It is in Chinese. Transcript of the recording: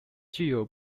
具有